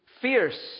fierce